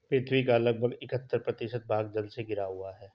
पृथ्वी का लगभग इकहत्तर प्रतिशत भाग जल से घिरा हुआ है